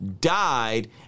died